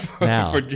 now